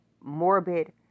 morbid